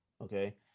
okay